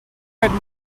read